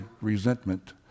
resentment